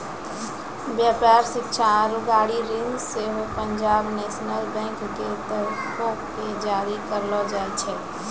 व्यापार, शिक्षा आरु गाड़ी ऋण सेहो पंजाब नेशनल बैंक के तरफो से जारी करलो जाय छै